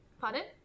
Pardon